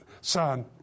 son